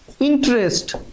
interest